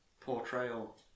portrayal